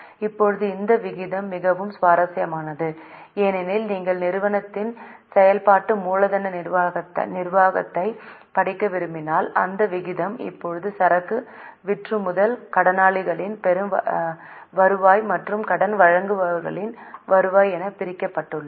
இப்போது இந்த விகிதம் மிகவும் சுவாரஸ்யமானது ஏனெனில் நீங்கள் நிறுவனத்தின் செயல்பாட்டு மூலதன நிர்வாகத்தைப் படிக்க விரும்பினால் இந்த விகிதம் இப்போது சரக்கு விற்றுமுதல் கடனாளிகளின் வருவாய் மற்றும் கடன் வழங்குநர்களின் வருவாய் என பிரிக்கப்பட்டுள்ளது